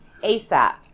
ASAP